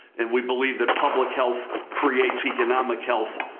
and we believe that public health creates economic health,